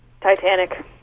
Titanic